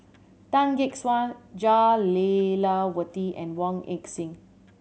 Tan Gek Suan Jah Lelawati and Wong Heck Sing